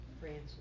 Francis